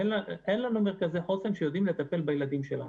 אין לנו מרכזי חוסן שיודעים לטפל בילדים שלנו.